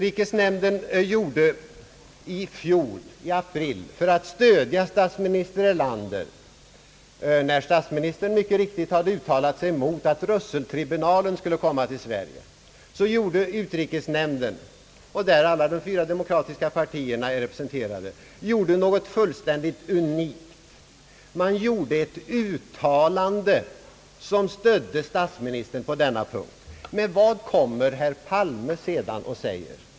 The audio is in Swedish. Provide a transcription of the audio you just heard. I april förra året uttalade sig statsministern, alldeles riktigt, mot att Russelltribunalen skulle komma till Sverige, och för att stödja herr Erlander gjorde utrikesnämnden, där alla de fyra demokratiska partierna är representerade, någonting fullständigt unikt: ett uttalande där nämnden instämde med statsministern. Men vad kommer sedan herr Palme och säger?